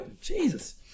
Jesus